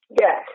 Yes